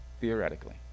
theoretically